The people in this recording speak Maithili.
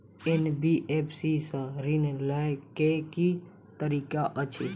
एन.बी.एफ.सी सँ ऋण लय केँ की तरीका अछि?